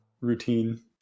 routine